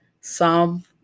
Psalm